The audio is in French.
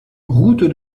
route